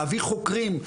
להביא חוקרים,